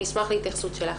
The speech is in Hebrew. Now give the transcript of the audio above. אני אשמח להתייחסות שלך.